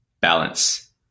balance